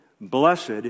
blessed